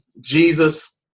Jesus